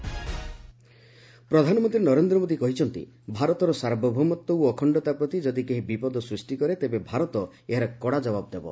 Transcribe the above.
PM ପ୍ରଧାନମନ୍ତ୍ରୀ ନରେନ୍ଦ୍ର ମୋଦି କହିଚ୍ଚନ୍ତି ଭାରତର ସାର୍ବଭୌମତ୍ୱ ଓ ଅଖଣ୍ଡତା ପ୍ରତି ଯଦି କେହି ବିପଦ ସୃଷ୍ଟି କରେ ତେବେ ଭାରତ ଏହାର କଡ଼ା ଜବାବ ଦେବ